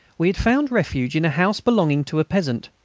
we had found refuge in a house belonging to a peasant.